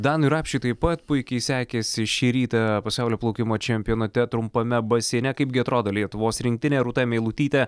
danui rapšiui taip pat puikiai sekėsi šį rytą pasaulio plaukimo čempionate trumpame baseine kaipgi atrodo lietuvos rinktinė rūta meilutytė